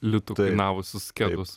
litų kainavusios kedus